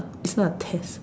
it's not a test